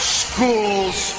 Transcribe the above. school's